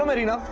um reena?